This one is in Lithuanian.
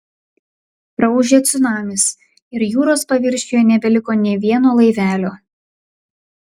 praūžė cunamis ir jūros paviršiuje nebeliko nė vieno laivelio